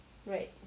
right